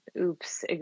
oops